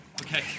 Okay